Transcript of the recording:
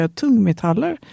tungmetaller